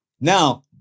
Now